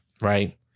right